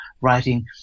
writing